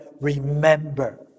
remember